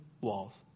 walls